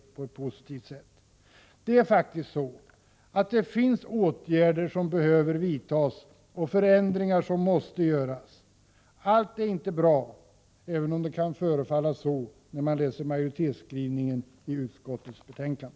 Det är faktiskt så att det finns åtgärder som behöver vidtas och förändringar som måste göras. Allt är inte bra, även om det kan förefalla så när man läser majoritetsskrivningen i utskottets betänkande.